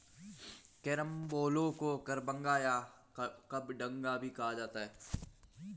carambola को कबरंगा या कबडंगा भी कहा जाता है